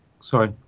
Sorry